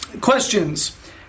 questions